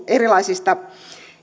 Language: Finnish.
erilaisista